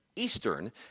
Eastern